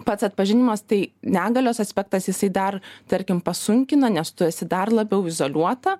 pats atpažinimas tai negalios aspektas jisai dar tarkim pasunkina nes tu esi dar labiau izoliuota